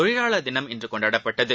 தொழிலாளர் தினம் இன்றுகொண்டாடப்பட்டது